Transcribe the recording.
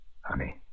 honey